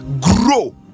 grow